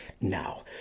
Now